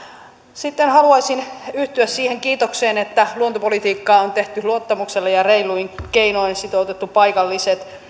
sitten haluaisin yhtyä siihen kiitokseen että luontopolitiikkaa on tehty luottamuksella ja reiluin keinoin sitoutettu paikalliset